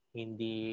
hindi